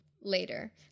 later